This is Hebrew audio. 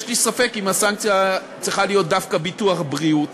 יש לי ספק אם הסנקציה צריכה להיות דווקא ביטוח בריאות,